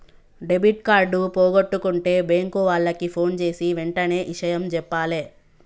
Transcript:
debit card పోగొట్టుకుంటే bank వాళ్లకి ఫోన్జేసి వెంటనే ఇషయం జెప్పాలే